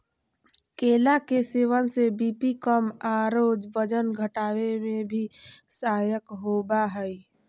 केला के सेवन से बी.पी कम आरो वजन घटावे में भी सहायक होबा हइ